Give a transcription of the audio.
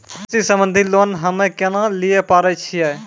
कृषि संबंधित लोन हम्मय केना लिये पारे छियै?